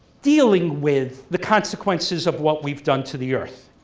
dealing with the consequences of what we've done to the earth.